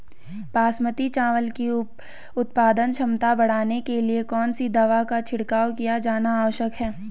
बासमती चावल की उत्पादन क्षमता बढ़ाने के लिए कौन सी दवा का छिड़काव किया जाना आवश्यक है?